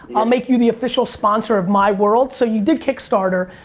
i'll make you the official sponsor of my world. so you did kickstarter.